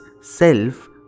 self